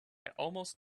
almost